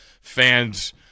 fans